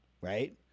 right